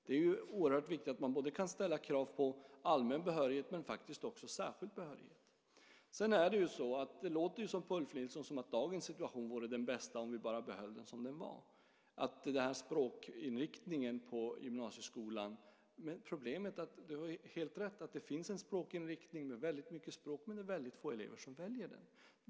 Det är oerhört viktigt att man kan ställa krav på allmän behörighet men faktiskt också på särskild behörighet. Det låter på Ulf Nilsson som om dagens situation är den bästa om vi bara behåller den som den är när det gäller språkinriktningen i gymnasieskolan. Men problemet är, och där har du helt rätt, att det finns en språkinriktning med väldigt mycket språk men att det är väldigt få elever som väljer den.